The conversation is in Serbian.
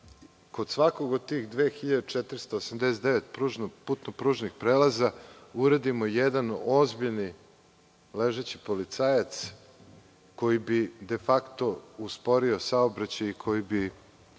kod svakog od tih 2.489 putno-pružnih prelaza uredimo jedan ozbiljni ležeći policajac koji bi de fakto usporio saobraćaj i koji bi